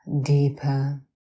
deeper